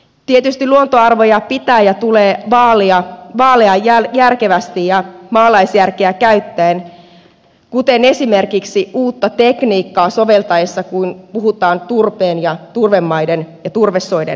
tietysti luontoarvoja pitää ja tulee vaalia järkevästi ja maalaisjärkeä käyttäen kuten esimerkiksi uutta tekniikkaa sovellettaessa kun puhutaan turpeen ja turvemaiden ja turvesoiden hyödyntämisestä